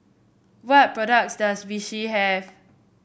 what products does Vichy have